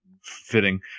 Fitting